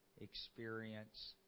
experience